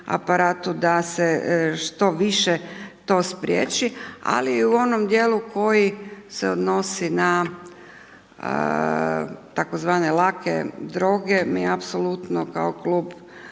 da se što više to spriječi. Ali i u onom dijelu koji se odnosi na tzv. lake droge. Mi apsolutno kao klub